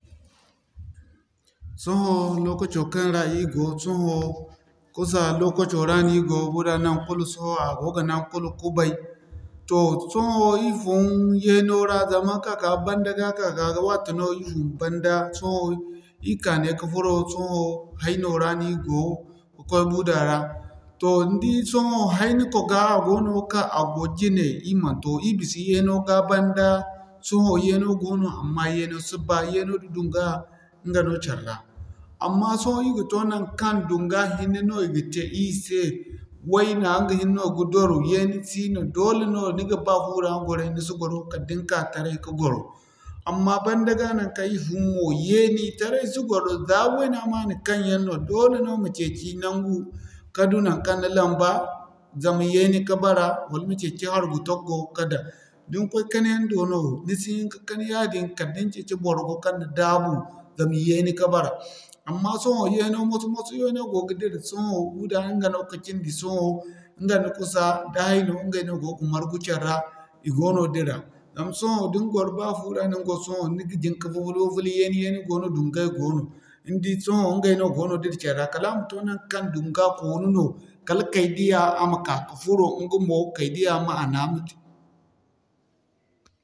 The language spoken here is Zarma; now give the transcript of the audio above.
Sohõ lokaco kaŋ ra ir go sohõ kusa lokaco ra no ir go wuda naŋ kulu sohõ a go ga naŋ kulu kubay. Sohõ wo ir funu yeeno ra zama ka'ka banda ga ka'ka wate no ir funu banda sohõ ir ka ne ka furo hayno ra no ir go ka'koy muuda ra. Toh ni di sohõ hayni kwaga a goono ka a go jine ir man toh ir bisa yeeno ga banda sohõ yeeno goono amma yeeno si ba, yeeno da dunga ɲga no car'ra. Amma sohõ ir ga toh naŋkaŋ dunga hinne no i ga te ir se wayna ɲga hinne no ga doru yeeni si no doole no ni ga ba fuu ra gwaray ni si gwaro kala day ni ka taray ka gwaro. Amma banda ga naŋkaŋ ir fun wo yeeni, taray si gwaro za wayna maani kaŋ yaŋ no doole no ma ceeci naŋgu ka du naŋkaŋ ni lamba, zama yeeni ka bara wala ma ceeci hargu toggo ka daŋ. Da ni koy kani yaŋ do no, ni si hin ka kani yaadin kala da ni ceeci borgo kaŋ ni daaru zama yeeni ka bara. Amma sohõ yeeno moso-moso yeeno go ga dira sohõ wuda ŋga nda kusa da wuda, ɲgay no go ga margu car'ra, i goono dira. Zama sohõ da ni gwaro ba fuu ra no ni gwaro sohõ ni jin fufule yeeni-yeeni goono dunŋgay goono. Ni di sohõ ɲgay no goono dira car'ra, kala a ma koy toh naŋkaŋ duŋga koonu no kala kaydiya a ma ka'ka furo ɲga mo kaydiya ma'ana ma tun.